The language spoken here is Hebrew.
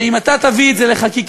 שאם אתה תביא את זה לחקיקה,